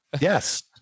Yes